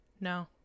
no